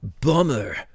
Bummer